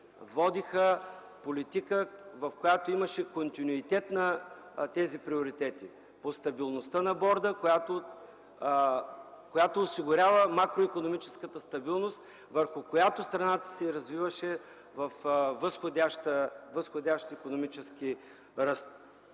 водиха политика, в която имаше континюитет на тези приоритети по стабилността на Борда, която осигурява макроикономическата стабилност, върху която страната се развиваше с възходящ икономически ръст.